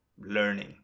learning